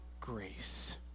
grace